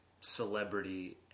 celebrity